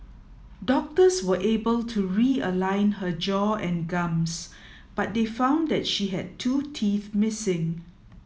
doctors were able to realign her jaw and gums but they found that she had two teeth missing